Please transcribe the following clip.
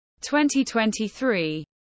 2023